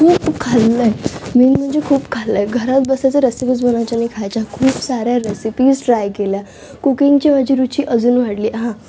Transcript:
खूप खाल्लं आहे मी मेन म्हणजे खूप खाल्लं आहे घरात बसायचं रेसिपीज बघायच्या आणि खायच्या खूप साऱ्या रेसिपीज ट्राय केल्या कुकींगची माझी रुची अजून वाढली अहा